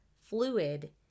fluid